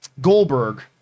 Goldberg